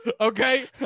okay